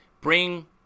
bring